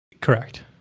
Correct